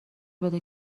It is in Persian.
بده